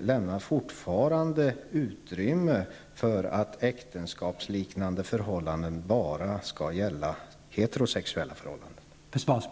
lämnar fortfarande utrymme för att äktenskapsliknande förhållanden bara skall gälla heterosexuella förhållanden.